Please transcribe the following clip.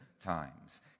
times